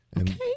Okay